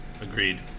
Agreed